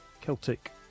Celtic